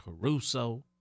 Caruso